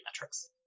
metrics